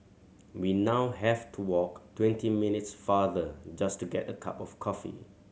we now have to walk twenty minutes farther just to get a cup of coffee